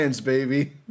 baby